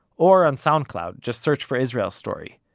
or on soundcloud just search for israel story.